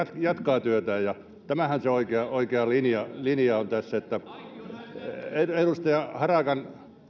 jatkaa työtään ja tämähän se oikea oikea linja on tässä edustaja harakan